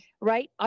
right